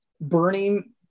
burning